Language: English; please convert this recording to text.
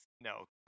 No